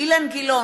אילן גילאון,